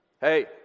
Hey